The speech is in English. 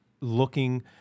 looking